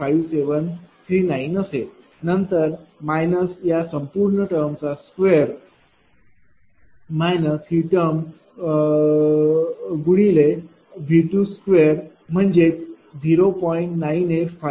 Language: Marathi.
985739 असेल नंतर माइनस या संपूर्ण टर्म चा स्क्वेअर माइनस ही टर्म गुणिलेV22म्हणजे 0